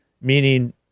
meaning